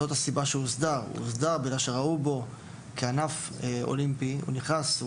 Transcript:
הוא הוסדר בגלל שראו בו ענף אולימפי נכנס;